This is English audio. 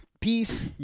peace